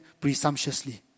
presumptuously